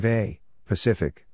Pacific